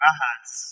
Ahaz